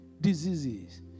diseases